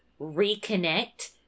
reconnect